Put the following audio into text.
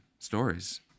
stories